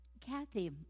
Kathy